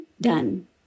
done